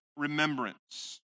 Remembrance